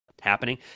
happening